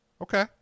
Okay